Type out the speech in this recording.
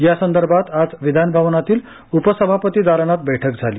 या संदर्भात आज विधानभवनातील उपसभापती दालनात बैठक झाली